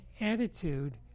attitude